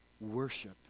Worship